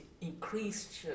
increased